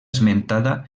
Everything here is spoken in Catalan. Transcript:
esmentada